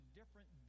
different